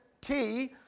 key